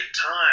time